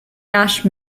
nash